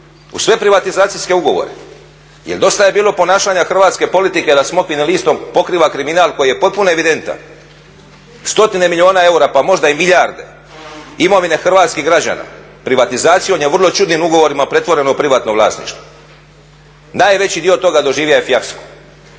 u sve privatizacijske ugovore? Jer dosta je bilo ponašanja hrvatske politike da smokvinim listom pokriva kriminal koji je potpuno evidentan. Stotine milijune eura pa možda i milijarde imovine hrvatskih građana privatizacijom je vrlo čudnim ugovorima pretvoreno u privatno vlasništvo. Najveći dio toga doživio je fijasko.